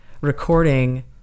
recording